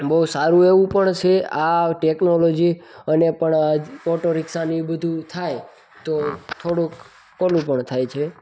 બહુ સારું એવુ પણ છે આ ટેકનોલોજી અને પણ ઓટોરિક્ષાને એ બધું થાય તો થોડુંક ઓલું પણ થાય છે